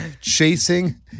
chasing